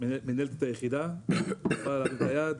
שמנהלת את היחידה את יכולה להרים את היד,